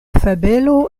fabelo